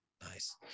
Nice